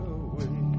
away